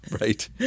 Right